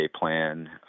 plan